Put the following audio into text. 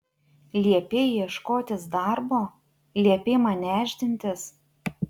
liepei ieškotis darbo liepei man nešdintis